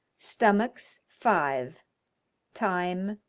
stomachs, five time,